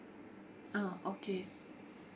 ah okay